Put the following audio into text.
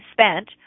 spent